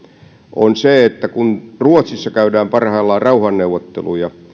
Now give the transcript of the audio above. on se että kun ruotsissa käydään parhaillaan rauhanneuvotteluja